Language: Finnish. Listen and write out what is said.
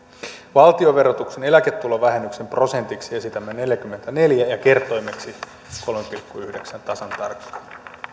valtionverotuksen eläketulovähennyksen prosentiksi esitämme neljäkymmentäneljä ja kertoimeksi kolmen pilkku yhdeksännen tasan tarkkaan